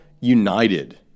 united